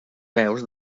peus